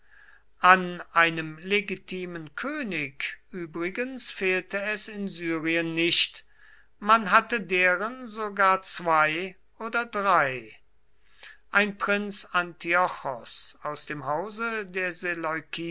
an einem legitimen könig übrigens fehlte es in syrien nicht man hatte deren sogar zwei oder drei ein prinz antiochos aus dem hause der